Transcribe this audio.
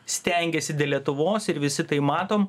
stengiasi dėl lietuvos ir visi tai matom